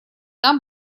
там